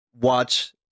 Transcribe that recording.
watch